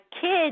kids